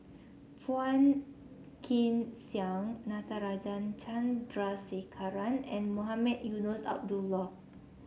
Phua Kin Siang Natarajan Chandrasekaran and Mohamed Eunos Abdullah